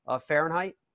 Fahrenheit